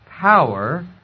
power